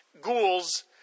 Ghouls